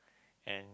and